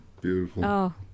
Beautiful